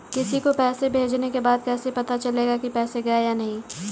किसी को पैसे भेजने के बाद कैसे पता चलेगा कि पैसे गए या नहीं?